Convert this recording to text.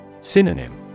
Synonym